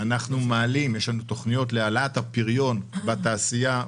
יש לנו תכניות להעלאת הפריון בתעשייה,